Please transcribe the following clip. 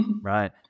right